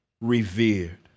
revered